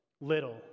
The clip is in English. little